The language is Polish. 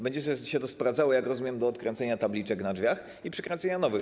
Będzie się to sprowadzało, jak rozumiem, do odkręcenia tabliczek na drzwiach i przykręcenia nowych.